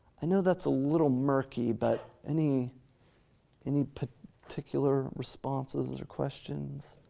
i know that's a little murky, but any any particular responses or questions?